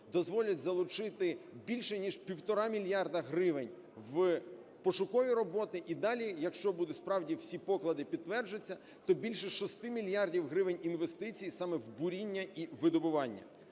дозволять долучити більше ніж 1,5 мільярда гривень в пошукові роботи, і далі, якщо будуть справді всі поклади підтвердяться, то більше 6 мільярдів гривень інвестицій саме в буріння і видобування.